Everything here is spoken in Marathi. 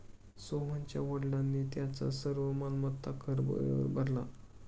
सोहनच्या वडिलांनी त्यांचा सर्व मालमत्ता कर वेळेवर भरला